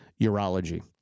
Urology